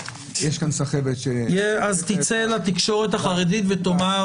יש כאן סחבת --- אז תצא לתקשורת החרדית ותאמר